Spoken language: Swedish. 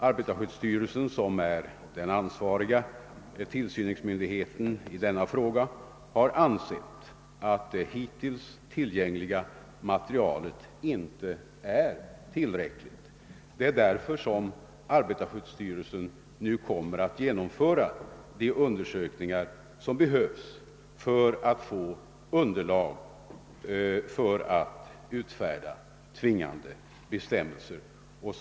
Arbetarskyddsstyrelsen, som är den ansvariga tillsyningsmyndigheten i denna fråga, har ansett att det hittills tillgängliga materialet inte är tillräckligt. Det är därför som arbetarskyddsstyrelsen nu kommer att genomföra de undersökningar som behövs för att få underlag för att utfärda tvingande bestämmelser.